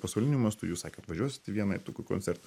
pasauliniu mastu jūs sakėt važiuosit į vieną tokių koncertų